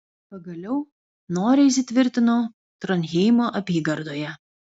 pagaliau noriai įsitvirtinau tronheimo apygardoje